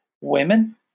women